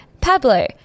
Pablo